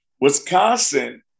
wisconsin